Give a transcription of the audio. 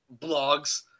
blogs